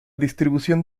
distribución